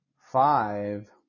five